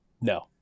no